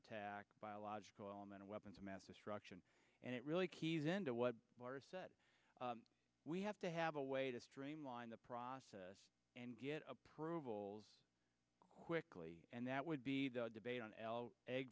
attacked biological weapons of mass destruction and it really keys into what we have to have a way to streamline the process and get approvals quickly and that would be the debate on l